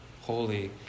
holy